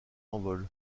envol